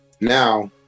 Now